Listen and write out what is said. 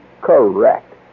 Correct